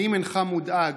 האם אינך מודאג,